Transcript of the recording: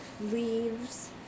leaves